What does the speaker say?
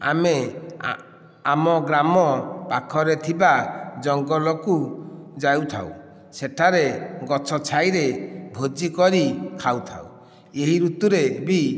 ଆମେ ଆମ ଗ୍ରାମ ପାଖରେ ଥିବା ଜଙ୍ଗଲକୁ ଯାଇଥାଉ ସେଠାରେ ଗଛ ଛାଇରେ ଭୋଜି କରି ଖାଇଥାଉ ଏହି ଋତୁରେ ବି